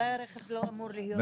אולי הרכב לא אמור להיות בפנים.